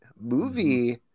movie